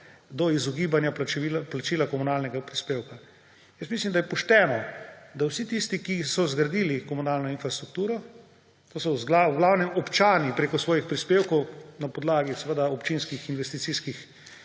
do izogibanja plačila komunalnega prispevka. Jaz mislim, da je pošteno, da vsi tisti, ki so zgradili komunalno infrastrukturo, to so v glavnem občani preko svojih prispevkov, na podlagi občinskih investicijskih